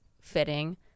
fitting